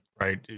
right